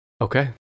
okay